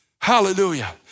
Hallelujah